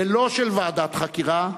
ולא של ועדת חקירה,